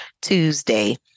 Tuesday